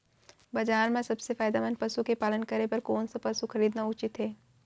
बजार म सबसे फायदामंद पसु के पालन करे बर कोन स पसु खरीदना उचित हे?